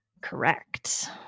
Correct